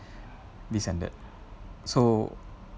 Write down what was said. based on that so